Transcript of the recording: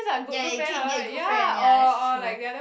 ya you can get good friend ya that's true